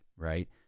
right